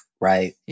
right